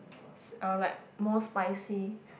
~s are like more spicy